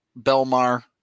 Belmar